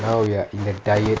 oh ya in a diet